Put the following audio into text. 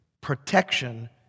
protection